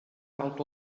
out